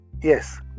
yes